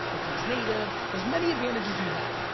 it comes native, there's many advantages you have,